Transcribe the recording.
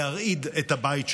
להרעיד את הבית שלנו,